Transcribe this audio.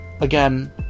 Again